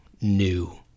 new